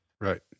Right